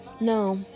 no